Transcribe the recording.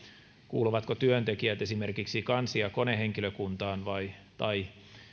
kuuluvatko työntekijät esimerkiksi kansi ja konehenkilökuntaan tai